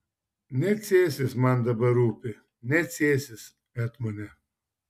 ne cėsis man dabar rūpi ne cėsis etmone